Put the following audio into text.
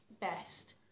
best